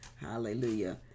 hallelujah